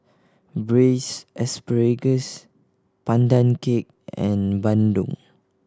braise asparagus Pandan Cake and bandung